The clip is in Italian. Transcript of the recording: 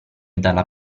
dalla